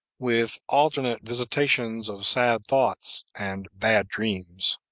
with alternate visitations of sad thoughts and bad dreams.